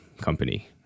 company